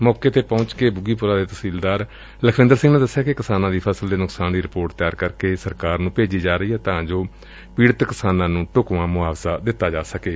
ਮੌਕੇ ਤੇ ਪੁੱਜ ਕੇ ਬੁੱਘੀਪੁਰਾ ਦੇ ਤਹਿਸੀਲਦਾਰ ਲਖਵਿੰਦਰ ਸਿੰਘ ਦਸਿਆ ਕਿ ਕਿਸਾਨਾਂ ਦੀ ਫਸਲ ਦੇ ਨੁਕਸਾਨ ਦੀ ਰਿਪੋਰਟ ਤਿਆਰ ਕਰਕੇ ਪੰਜਾਬ ਸਰਕਾਰ ਨੂੰ ਭੇਜੀ ਜਾ ਰਹੀ ਏ ਤਾਂ ਕਿ ਪੀੜਤ ਕਿਸਾਨ ਨੂੰ ਢੁੱਕਵਾਂ ਮੁਆਵਜ਼ਾ ਦਿੱਤਾ ਜਾ ਸਕੇ